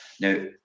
Now